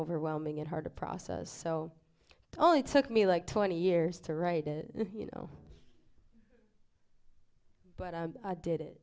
overwhelming and hard to process so it only took me like twenty years to write it you know but i did it